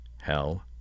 hell